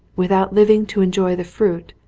without living to enjoy the fruit,